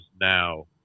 now